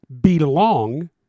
belong